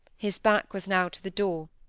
his back was now to the door,